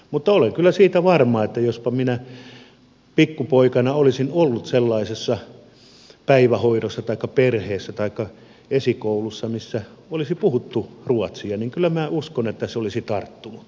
mutta olen kyllä siitä varma näin uskon että jos minä pikkupoikana olisin ollut sellaisessa päivähoidossa taikka perheessä taikka esikoulussa missä olisi puhuttu ruotsia niin kyllä se olisi tarttunut